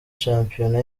shampiyona